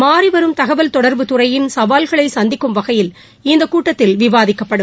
மாறிவரும் தகவல் தொடர்பு துறையின் சவால்களை சந்திக்கும் வகையில் இந்த கூட்டத்தில் விவாதிக்கப்படும்